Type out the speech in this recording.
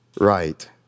Right